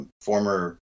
former